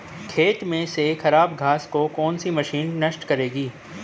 खेत में से खराब घास को कौन सी मशीन नष्ट करेगी?